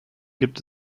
gibt